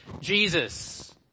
Jesus